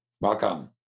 welcome